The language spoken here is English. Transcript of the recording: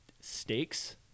stakes